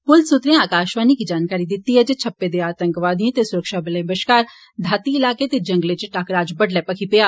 पुलस सूत्रे आकाशवाणी गी जानकारी दिती जे छप्पे दे आतंकवादिएं ते सुरक्षाबलें बश्कार धाती इलाके दे जंगले च टाकरा अज्ज बड्डले भक्खी पेआ